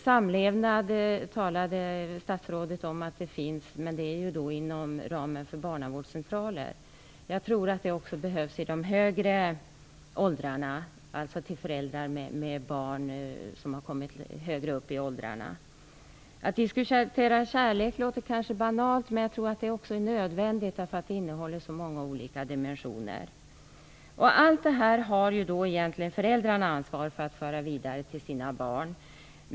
Statsrådet talade om att sådan här verksamhet finns när det gäller samlevnad, men det är ju inom barnavårdscentralernas ram. Jag tror att det även behövs för föräldrar med barn som har kommit litet högre upp i åldrarna. Att diskutera kärlek låter kanske banalt. Jag tror dock att det är nödvändigt, eftersom det rymmer så många olika dimensioner. Egentligen har ju föräldrarna ansvaret för att föra allt detta vidare till sina barn.